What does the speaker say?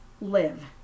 live